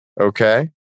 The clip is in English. Okay